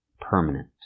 permanent